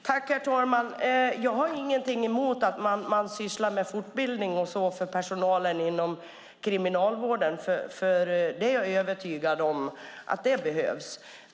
Herr talman! Jag har ingenting emot att man sysslar med fortbildning för personalen inom kriminalvården. Det är jag övertygad om behövs.